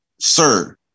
Sir